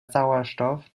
sauerstoff